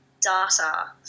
data